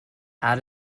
out